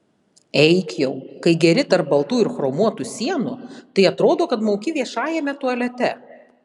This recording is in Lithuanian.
eik jau kai geri tarp baltų ir chromuotų sienų tai atrodo kad mauki viešajame tualete